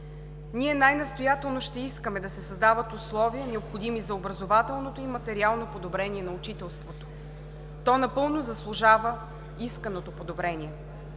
Ние най-настоятелно ще искаме да се създават условия, необходими за образователното и материално подобрение на учителството. То напълно заслужава исканото подобрение.